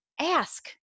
ask